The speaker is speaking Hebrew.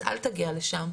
אז אל תגיע לשם.